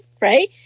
right